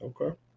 Okay